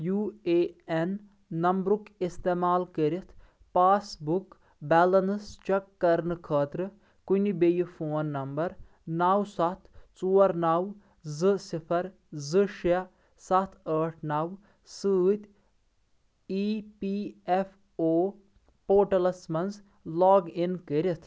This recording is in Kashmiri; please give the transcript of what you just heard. یو اے این نمبرُک استعمال کٔرِتھ پاس بُک بیلنس چیک کرنہٕ خٲطرٕ کُنہِ بیٚیہِ فون نمبر نَو ستھ ژوٚر نَو زٕ صِفر زٕ شیٚے ستھ ٲٹھ نَو سۭتۍ